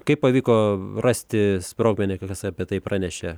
kaip pavyko rasti sprogmenį kas apie tai pranešė